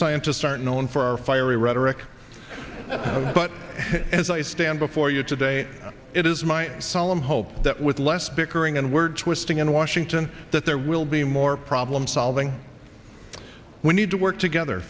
scientists are known for our fiery rhetoric but as i stand before you today it is my solemn hope that with less bickering and word twisting in washington that there will be more problem solving we need to work together